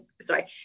sorry